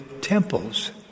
temples